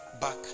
back